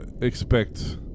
expect